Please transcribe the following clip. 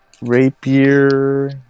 Rapier